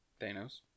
Thanos